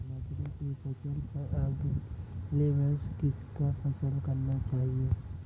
बाजरे की फसल पर अगले वर्ष किसकी फसल करनी चाहिए?